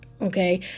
Okay